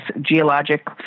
geologic